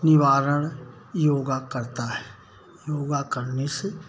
निवारण योगा करता है योगा करने से